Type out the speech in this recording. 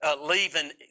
leaving